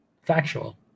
Factual